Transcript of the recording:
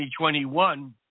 2021